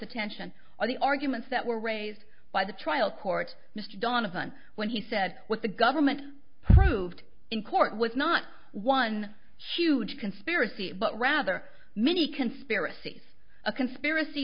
attention are the arguments that were raised by the trial court mr donovan when he said what the government proved in court was not one huge conspiracy but rather many conspiracies a conspiracy